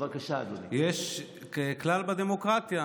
בצד השני לא שמעתי הערות.